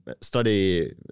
study